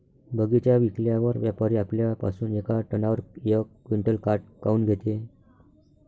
बगीचा विकल्यावर व्यापारी आपल्या पासुन येका टनावर यक क्विंटल काट काऊन घेते?